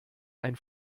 ein